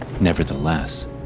Nevertheless